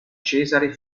cesare